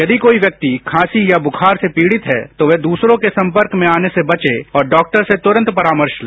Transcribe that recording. यदि कोई व्यक्ति खांसी या बुखार से पीडित है तो वह दूसरों के संपर्क में आने से बचे और डॉक्टर से तुरंत परामर्श ले